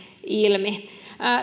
ilmi